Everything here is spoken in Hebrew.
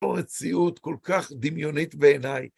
יש פה מציאות כל כך דמיונית בעיניי.